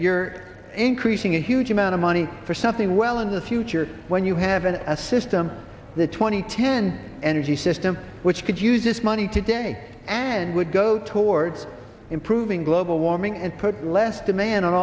you're increasing a huge amount of money for something well in the future when you have an a system the twenty ten energy system which could use this money today and would go towards improving global warming and put less demand